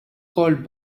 called